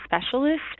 specialist